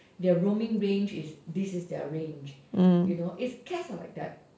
their roaming range is this is their range you know cats are like that